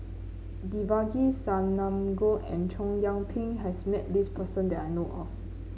Devagi Sanmugam and Chow Yian Ping has met this person that I know of